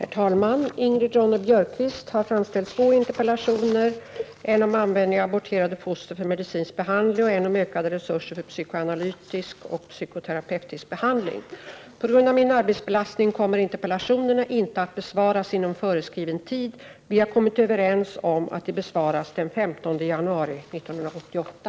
Herr talman! Ingrid Ronne-Björkqvist har framställt två interpellationer, en om användning av aborterade foster för medicinsk behandling och en om ökade resurser för psykoanalytisk och psykoterapeutisk behandling. På grund av min arbetsbelastning kommer interpellationerna inte att besvaras inom föreskriven tid. Vi har kommit överens om att de besvaras den 15 januari 1988.